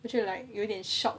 我就 like 有点 shock